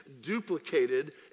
duplicated